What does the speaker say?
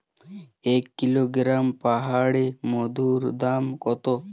এক কিলোগ্রাম পাহাড়ী মধুর দাম কত?